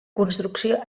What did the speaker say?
construcció